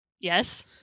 Yes